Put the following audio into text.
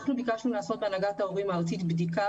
אנחנו בהנהגת ההורים הארצית ביקשנו לעשות בדיקה,